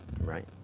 right